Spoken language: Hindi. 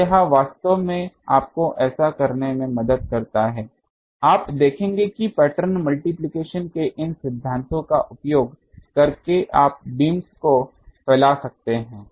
तो यह वास्तव में आपको ऐसा करने में मदद करता है आप देखेंगे कि पैटर्न मल्टिप्लिकेशन के इन सिद्धांतों का उपयोग करके आप बीम्स को फैला सकते हैं